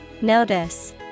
Notice